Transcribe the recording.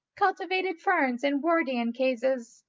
cultivated ferns in wardian cases,